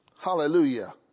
Hallelujah